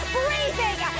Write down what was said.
breathing